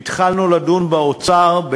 התחלנו לדון באוצר,